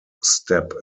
step